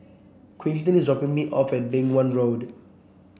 Quinton is dropping me off at Beng Wan Road